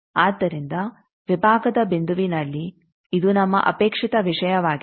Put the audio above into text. ಆದ್ದರಿಂದ ವಿಭಾಗದ ಬಿಂದುವಿನಲ್ಲಿ ಇದು ನಮ್ಮ ಅಪೇಕ್ಷಿತ ವಿಷಯವಾಗಿದೆ